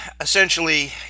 essentially